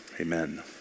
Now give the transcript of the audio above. Amen